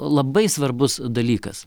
labai svarbus dalykas